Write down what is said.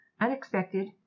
Unexpected